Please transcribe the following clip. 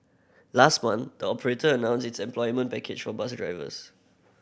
last month the operator announced its employment package for bus drivers